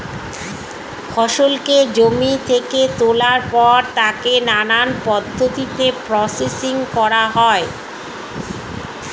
ফসলকে জমি থেকে তোলার পর তাকে নানান পদ্ধতিতে প্রসেসিং করা হয়